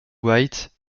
white